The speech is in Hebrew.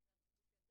חברים, בוקר טוב.